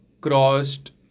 crossed